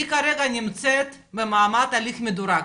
היא כרגע נמצאת במעמד הליך מדורג,